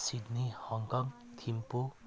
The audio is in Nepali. Sydney Hong Kong Thimphu